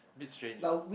bit strange lah